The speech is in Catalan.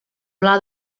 pla